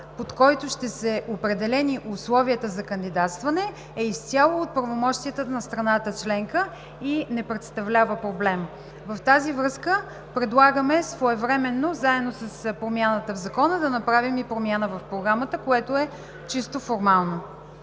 по който ще са определени условията за кандидатстване, е изцяло от пълномощията на страната членка и не представлява проблем. В тази връзка предлагаме своевременно, заедно с промяната в Закона, да направим и промяна в Програмата, което е чисто формално.